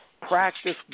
Practice